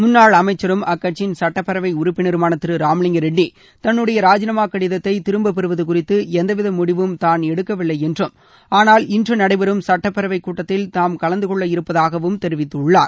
முன்னாள் அமைச்சரும் அக்கட்சியின் சுட்டப்பேரவை உறுப்பினருமான திரு ராமலிங்க ரெட்டி தன்னுடைய ராஜிமானா கடிதத்தை திருப்பப்பெறுவது குறித்து எந்தவித முடிவும் தாள் எடுக்கவில்லை என்றும் ஆனால் இன்று நடைபெறும் சுட்டப்பேரவைக் கூட்டத்தில் தாம் கலந்து கொள்ள இருப்பதாக தெரிவித்துள்ளார்